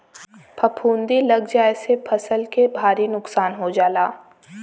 फफूंदी लग जाये से फसल के भारी नुकसान हो जाला